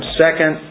second